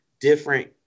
different